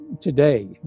today